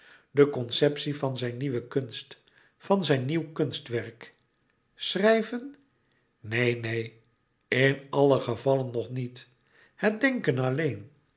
de conceptie van zijn nieuwe kunst van zijn nieuw kunstwerk schrijven neen neen in alle gevallen nog niet het denken alleen